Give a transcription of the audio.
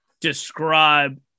describe